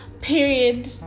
period